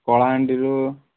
କଳାହାଣ୍ଡିରୁ